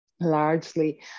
largely